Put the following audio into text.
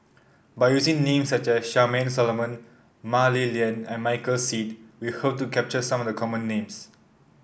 by using names such as Charmaine Solomon Mah Li Lian and Michael Seet we hope to capture some of the common names